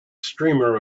streamer